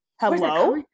Hello